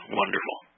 wonderful